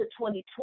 2020